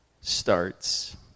starts